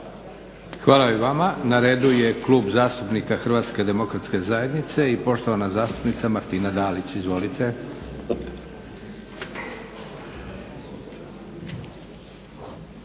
Hvala i vama. Na redu je Klub zastupnika HDZ-a i poštovana zastupnika Martina Dalić. Izvolite.